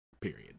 period